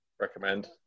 recommend